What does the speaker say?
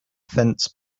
fence